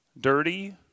dirty